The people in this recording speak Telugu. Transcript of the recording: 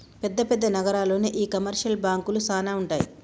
పెద్ద పెద్ద నగరాల్లోనే ఈ కమర్షియల్ బాంకులు సానా ఉంటాయి